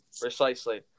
Precisely